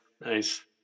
Nice